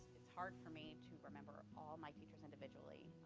it's hard for me to remember all my teachers individually,